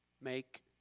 make